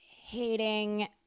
hating